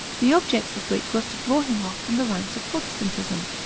the object of which was to draw him off from the ranks of protestantism.